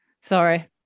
Sorry